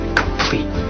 complete